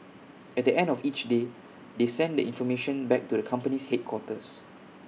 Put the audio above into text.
at the end of each day they send the information back to the company's headquarters